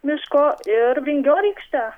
miško ir vingiorykštę